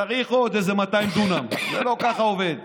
צריך עוד איזה 200 דונם, זה לא עובד ככה.